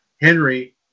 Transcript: Henry